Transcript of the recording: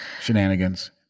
shenanigans